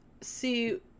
see